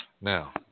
Now